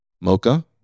Mocha